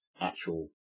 actual